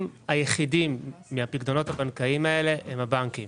היחידיים מהפיקדונות הבנקאיים האלה הם הבנקים,